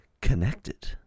connected